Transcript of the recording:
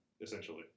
essentially